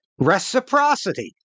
reciprocity